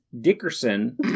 Dickerson